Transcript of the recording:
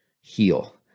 heal